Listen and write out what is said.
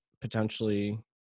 potentially